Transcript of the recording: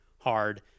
hard